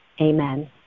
Amen